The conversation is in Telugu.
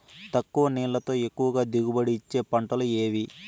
తక్కువ నీళ్లతో ఎక్కువగా దిగుబడి ఇచ్చే పంటలు ఏవి?